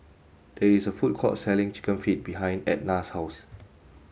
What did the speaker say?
there is a food court selling chicken feet behind Ednah's house